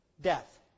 death